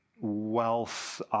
Wealth